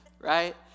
right